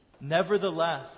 Nevertheless